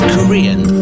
Korean